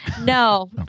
No